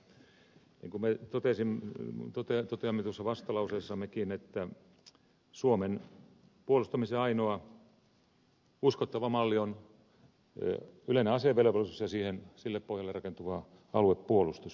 niin kuin me toteamme tuossa vastalauseessammekin suomen puolustamisen ainoa uskottava malli on yleinen asevelvollisuus ja sille pohjalle rakentuva aluepuolustus